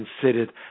considered